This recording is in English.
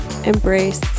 embrace